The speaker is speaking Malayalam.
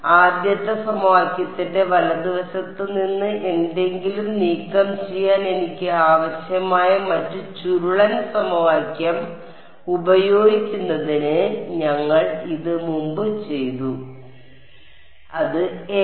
അതിനാൽ ആദ്യത്തെ സമവാക്യത്തിന്റെ വലതുവശത്ത് നിന്ന് എന്തെങ്കിലും നീക്കംചെയ്യാൻ എനിക്ക് ആവശ്യമായ മറ്റ് ചുരുളൻ സമവാക്യം ഉപയോഗിക്കുന്നതിന് ഞങ്ങൾ ഇത് മുമ്പ് ചെയ്തു അത് a